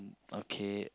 okay